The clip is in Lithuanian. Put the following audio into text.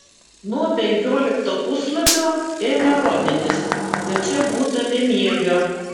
nuo penkiolikto puslapio ėmė rodytis kad čia būta bemiegio